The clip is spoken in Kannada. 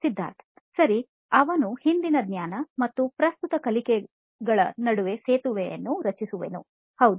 ಸಿದ್ಧಾರ್ಥ್ ಸರಿ ಅವನು ಹಿಂದಿನ ಜ್ಞಾನ ಮತ್ತು ಪ್ರಸ್ತುತ ಕಲಿಕೆಗಳ ನಡುವೆ ಸೇತುವೆಯನ್ನು ರಚಿಸುವನು ಹೌದು